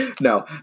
No